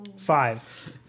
Five